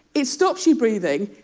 it stops you breathing.